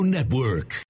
Network